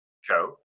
show